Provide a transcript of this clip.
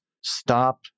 stop